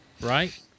right